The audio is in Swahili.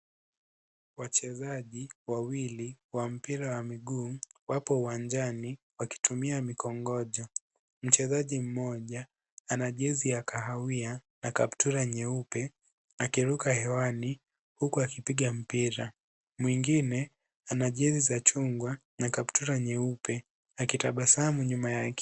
Wachezaji wawili wa mpira wa miguu wapo uwanjani wakitumia mikongojo. Mchezaji mmoja ana jezi ya kahawia na kaptula nyeupe akiruka hewani huku akipiga mpira. Mwingine ana jezi za chungwa na kaptura nyeupe akitabasamu nyuma yake.